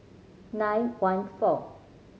nine one four